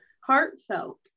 Heartfelt